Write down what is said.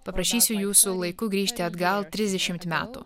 paprašysiu jūsų laiku grįžti atgal trisdešimt metų